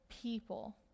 people